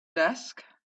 desk